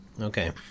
Okay